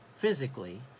physically